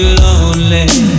lonely